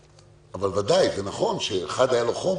זה נכון שאם אחד היה לו חום,